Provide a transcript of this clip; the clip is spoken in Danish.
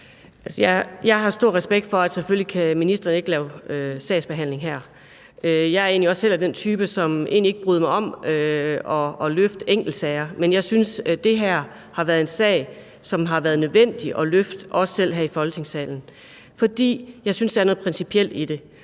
Jeg har stor respekt for, at ministeren selvfølgelig ikke kan lave sagsbehandling her. Jeg er egentlig også selv den type, som ikke bryder sig om at løfte enkeltsager, men jeg synes, at det her er en sag, som har været nødvendig at løfte, selv her i Folketingssalen. For jeg synes, der er noget principielt i det.